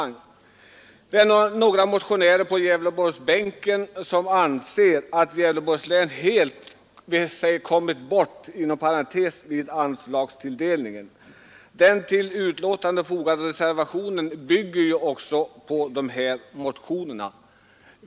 Några motionärer på Gävleborgsbänken anser att Gävleborgs län helt ”kommit bort” vid anslagstilldelningen. Den vid betänkandet fogade reservationen bygger på deras motioner.